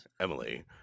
emily